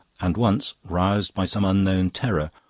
and once, roused by some unknown terror,